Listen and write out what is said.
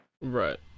Right